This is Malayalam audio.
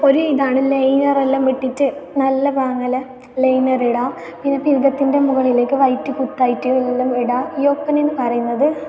ഒരു ഇതാണ് ലൈനർ എല്ലാം വിട്ടിട്ട് നല്ല പാങ്ങിൽ ലൈനർ ഇടാം പിന്നെ പുരികത്തിൻ്റെ മുകളിലേക്ക് വൈറ്റ് കുത്തായിട്ട് എല്ലാം ഇടാം ഈ ഒപ്പന എന്ന് പറയുന്നത്